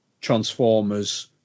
transformers